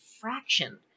fraction